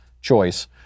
choice